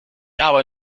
aber